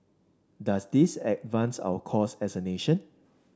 does this advance our cause as a nation